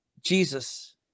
Jesus